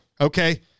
Okay